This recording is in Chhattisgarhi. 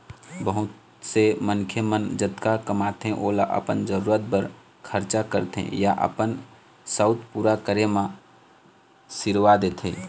बहुत से मनखे मन जतका कमाथे ओला अपन जरूरत बर खरचा करथे या अपन सउख पूरा करे म सिरवा देथे